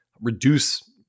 reduce